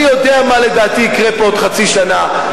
אני יודע מה לדעתי יקרה בעוד חצי שנה,